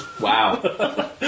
Wow